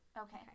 Okay